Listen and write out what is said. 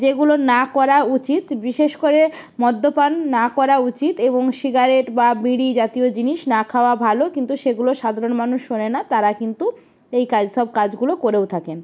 যেগুলো না করা উচিত বিশেষ করে মদ্যপান না করা উচিত এবং সিগারেট বা বিড়ি জাতীয় জিনিস না খাওয়া ভালো কিন্তু সেগুলো সাধারণ মানুষ শোনে না তারা কিন্তু এই কাজ এই কাজ সব কাজগুলো করেও থাকেন